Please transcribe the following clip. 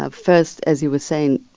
ah first, as you were saying,